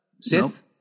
Sith